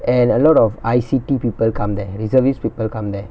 and a lot of I_C_T people come there reservist people come there